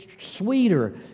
sweeter